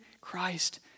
Christ